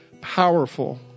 powerful